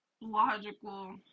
logical